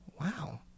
Wow